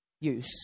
use